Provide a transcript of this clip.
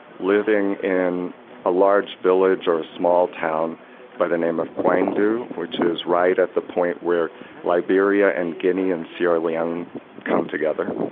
living in a large village or a small town by the name of koindu, which is right at the point where liberia, and guinea and sierra leone come together,